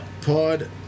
pod